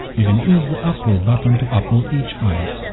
you can use the upload button to upload each file.